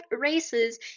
races